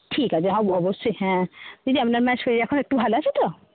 ঠিক আছে অবশ্যই হ্যাঁ দিদি আপনার মায়ের শরীর এখন একটু ভালো আছে তো